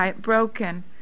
broken